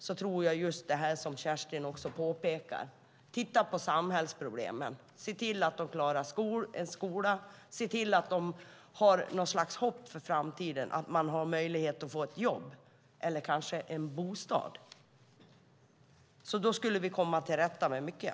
Det som Kerstin påpekar är viktigt, att vi måste titta på samhällsproblemen, se till att ungdomarna klarar skolan och har något slags hopp om att i framtiden få jobb och kanske en bostad. Då kan vi komma till rätta med mycket.